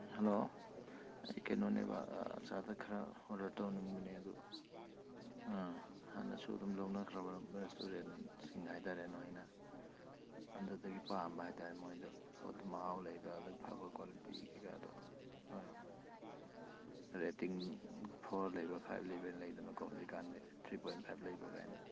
hello ꯑꯩ ꯀꯩꯅꯣꯅꯦꯕ ꯑꯆꯥ ꯑꯊꯛ ꯈꯔ ꯑꯣꯔꯗꯔ ꯇꯧꯅꯤꯡꯕꯅꯦ ꯑꯗꯨ ꯑꯥ ꯍꯥꯟꯅꯁꯨ ꯑꯗꯨꯝ ꯂꯧꯅꯈ꯭ꯔꯕ ꯔꯦꯁꯇꯨꯔꯦꯟꯁꯤꯡ ꯍꯥꯏ ꯇꯥꯔꯦ ꯅꯣꯏꯅ ꯑꯗꯨꯗꯒꯤ ꯄꯥꯝꯕ ꯍꯥꯏ ꯇꯥꯔꯦ ꯃꯣꯏꯗꯣ ꯄꯣꯠꯇꯣ ꯃꯍꯥꯎ ꯂꯩꯕ ꯑꯗꯨ ꯐꯕ ꯀ꯭ꯋꯥꯂꯤꯇꯤ ꯀꯩꯀꯥꯗꯣ ꯍꯣꯏ ꯔꯦꯇꯤꯡ ꯐꯣꯔ ꯂꯩꯕ ꯐꯥꯏꯚ ꯂꯩꯕꯅ ꯂꯩꯗꯅꯀꯣ ꯍꯧꯖꯤꯛꯀꯥꯟꯗꯤ ꯊ꯭ꯔꯤ ꯄꯣꯏꯟ ꯐꯥꯏꯚ ꯂꯩꯕ ꯀꯥꯏꯅ